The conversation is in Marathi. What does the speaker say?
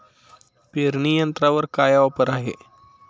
पेरणी यंत्रावर काय ऑफर आहे?